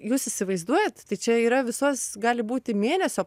jūs įsivaizduojat tai čia yra visos gali būti mėnesio